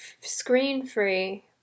screen-free